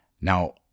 Now